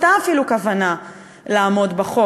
ושלפי נוהלי העבודה במפעל הזה לא הייתה אפילו כוונה לעמוד בחוק.